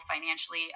financially